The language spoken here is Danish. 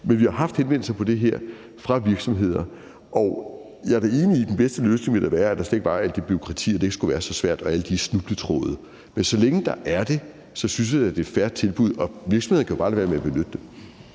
Men vi har haft henvendelser om det her fra virksomheder. Og jeg er da enig i, at den bedste løsning ville være, at der ikke skulle være alt det bureaukrati, og at det ikke skulle være så svært med alle de snubletråde. Men så længe der er det, synes jeg da, at det er et fair tilbud, og virksomhederne kan jo bare lade være med at benytte det.